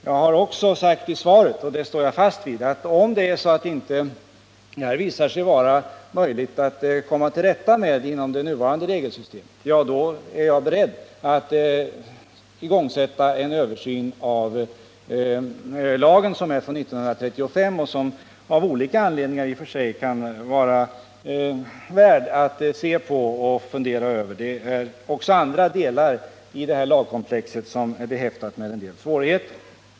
Jag har också sagt i svaret, och det står jag fast vid, att om det här inte visar sig vara möjligt att komma till rätta med inom det nuvarande regelsystemet, är jag beredd att igångsätta en översyn av lagen, som är från 1935 och som det av olika anledningar i och för sig kan vara skäl att se på och fundera över. Det är också andra delar i det här lagkomplexet som är behäftade med en del svårigheter.